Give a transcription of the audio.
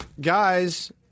Guys